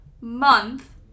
month